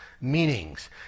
Meanings